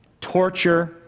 torture